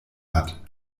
hat